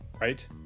right